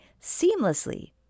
seamlessly